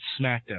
SmackDown